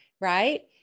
right